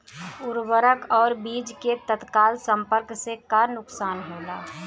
उर्वरक और बीज के तत्काल संपर्क से का नुकसान होला?